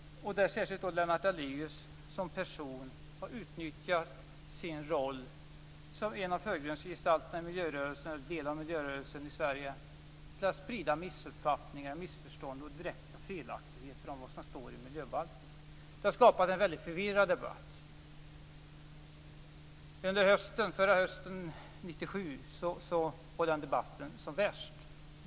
Särskilt Lennart Daléus har utnyttjat sin roll som en av förgrundsgestalterna i delar av miljörörelsen i Sverige till att sprida missuppfattningar, missförstånd och direkta felaktigheter om vad som står i miljöbalken. Det har skapat en mycket förvirrad debatt. Under förra hösten, 1997, var den debatten som värst.